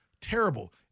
terrible